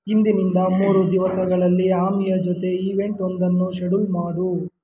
ಇಂದಿನಿಂದ ಮೂರು ದಿವಸಗಳಲ್ಲಿ ಆಮಿಯ ಜೊತೆ ಈವೆಂಟ್ವೊಂದನ್ನು ಶೆಡೂಲ್ ಮಾಡು